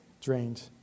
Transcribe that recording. drained